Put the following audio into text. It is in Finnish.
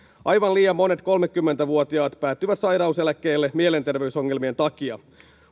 aivan liian monet kolmekymmentä vuotiaat päätyvät sairauseläkkeelle mielenterveysongelmien takia